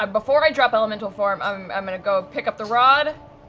um before i drop elemental form i'm i'm going to go pick up the rod.